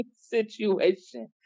situation